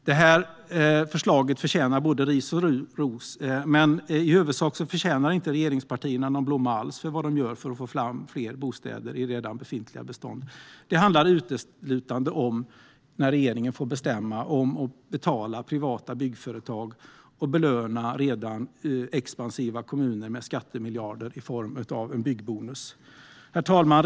Detta förslag förtjänar både ris och ros, men i huvudsak förtjänar regeringspartierna ingen blomma alls för vad de gör för att få fram fler bostäder i redan befintliga bestånd. När regeringen får bestämma handlar det uteslutande om att betala privata byggföretag och belöna redan expansiva kommuner med skattemiljarder i form av en byggbonus. Herr talman!